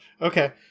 Okay